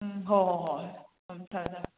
ꯎꯝ ꯍꯣꯏ ꯍꯣꯏ ꯍꯣꯏ ꯎꯝ ꯊꯝꯃꯦ ꯊꯝꯃꯦ